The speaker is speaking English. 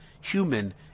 human